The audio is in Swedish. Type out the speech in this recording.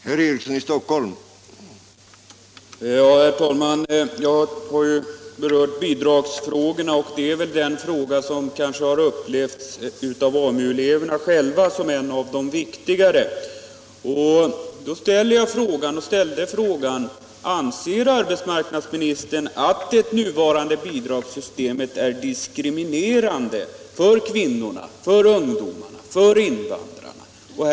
Herr talman! Jag har ju berört bidragsfrågan, och det är väl en fråga som av AMU-eleverna själva upplevts som en av de viktigare. Och jag frågade: Anser arbetsmarknadsministern att det nuvarande bidragssystemet är diskriminerande för kvinnorna, för ungdomarna, för invandrarna?